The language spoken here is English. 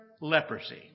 leprosy